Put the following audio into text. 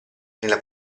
nella